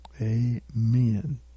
Amen